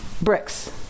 Bricks